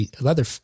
leather